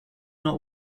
not